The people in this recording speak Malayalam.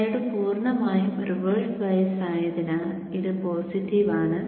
ഡയോഡ് പൂർണ്ണമായും റിവേഴ്സ് ബയേസ്ഡ് ആയതിനാൽ ഇത് പോസിറ്റീവ് ആണ്